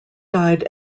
died